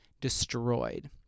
destroyed